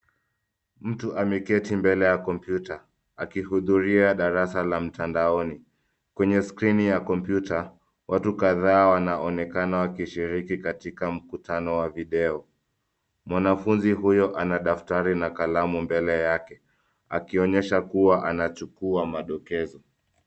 Mtu ameketi mbele ya kompyuta akihudhuria darasa la mtandaoni. Kwenye skrini ya kompyuta, watu kadhaa wanaonekana wakishiriki katika mkutano wa video . Mwanafunzi huyo ana kalamu na daftari mbele yake akionyesha kuwa anachukua madokezo.